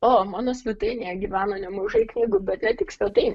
o mano svetainėje gyvena nemažai knygų bet ne tik svetainėj